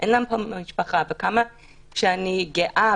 אין להן פה משפחה וכמה שאני גאה